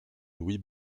louis